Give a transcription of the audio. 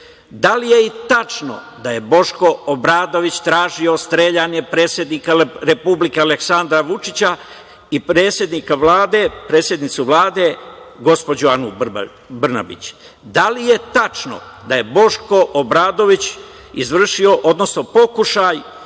Da li je tačno da je Boško Obradović tražio streljanje predsednika Republike Aleksandra Vučića i predsednice Vlade gospođe Ane Brnabić? Da li je tačno da je Boško Obradović izvršio, odnosno pokušao